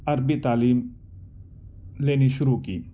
عربی تعلیم لینی شروع کی